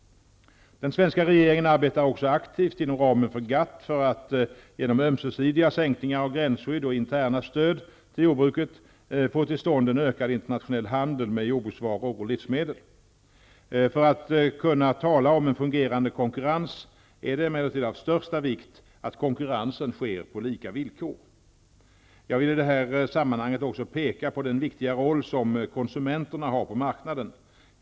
Den svenska regeringen arbetar också aktivt inom ramen för GATT för att genom ömsesidiga sänkningar av gränsskydd och interna stöd till jordbruket få till stånd en ökad internationell handel med jordbruksråvaror och livsmedel. För att man skall kunna tala om en fungerande konkurrens är det emellertid av största vikt att konkurrensen sker på lika villkor. Jag vill i det här sammanhanget också peka på den viktiga roll som konsumenterna har på marknaden.